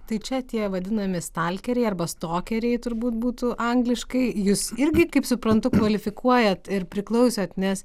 tai čia tie vadinami stalkeriai arba stokeriai turbūt būtų angliškai jūs irgi kaip suprantu kvalifikuojat ir priklausėt nes